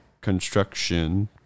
construction